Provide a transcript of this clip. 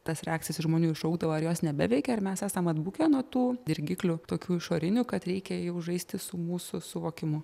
tas reakcijas iš žmonių šaukdavo ar jos nebeveikia ar mes esam atbukę nuo tų dirgiklių tokių išorinių kad reikia jau žaisti su mūsų suvokimu